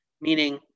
meaning